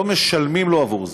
לא משלמים לו עבור זה.